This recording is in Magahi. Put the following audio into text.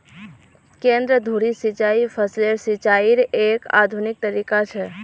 केंद्र धुरी सिंचाई फसलेर सिंचाईयेर एक आधुनिक तरीका छ